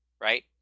Right